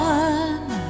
one